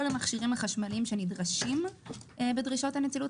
כל המכשירים החשמליים שנדרשים בדרישות הנצילות